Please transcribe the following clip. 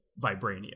vibranium